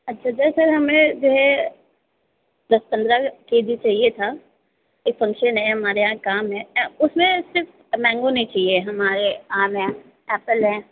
अच्छा दरअसल हमरे जो है दस पंद्रह के जी चहिए था एक फ़ंक्शन है हमारे यहाँ काम है उसमें सिर्फ मैंगो नहीं चाहिए हमारे आम हैं एप्पल हैं